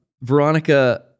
Veronica